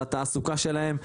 על התעסוקה שלהם,